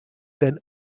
then